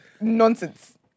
nonsense